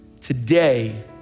today